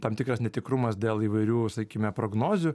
tam tikras netikrumas dėl įvairių sakykime prognozių